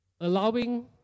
Allowing